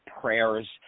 prayers